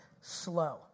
slow